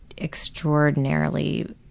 extraordinarily